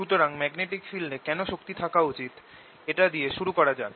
সুতরাং magnetic field এ কেন শক্তি থাকা উচিত এটা দিয়ে শুরু করা যাক